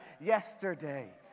yesterday